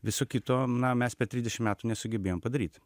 viso kito na mes per trisdešim metų nesugebėjom padaryt